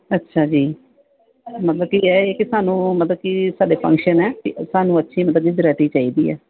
ਅੱਛਾ ਜੀ ਮਤਲਬ ਕਿ ਇਹ ਹੈ ਕਿ ਸਾਨੂੰ ਮਤਲਬ ਕਿ ਸਾਡੇ ਫੰਕਸ਼ਨ ਹੈ ਸਾਨੂੰ ਅੱਛੀ ਮਤਲਬ ਕਿ ਵਰਾਇਟੀ ਚਾਹੀਦੀ ਹੈ